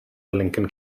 lincoln